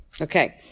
Okay